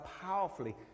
powerfully